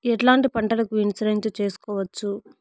ఎట్లాంటి పంటలకు ఇన్సూరెన్సు చేసుకోవచ్చు?